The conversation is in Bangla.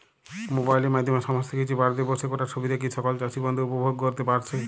মোবাইলের মাধ্যমে সমস্ত কিছু বাড়িতে বসে করার সুবিধা কি সকল চাষী বন্ধু উপভোগ করতে পারছে?